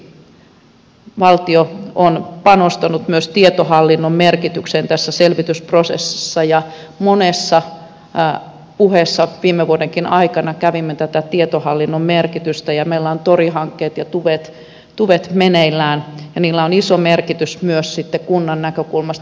erityisesti valtio on panostanut myös tietohallinnon merkitykseen tässä selvitysprosessissa ja monessa puheessa viime vuodenkin aikana kävimme läpi tätä tietohallinnon merkitystä ja meillä ovat tori ja tuve hankkeet meneillään ja niillä on iso merkitys myös sitten kunnan näkökulmasta